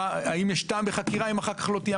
ואם יש טעם בחקירה אם אחר כך לא תהיה